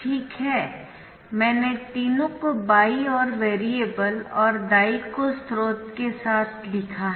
ठीक है मैंने तीनों को बाईं ओर वेरिएबल और दाईं ओर स्रोत के साथ लिखा है